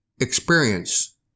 experience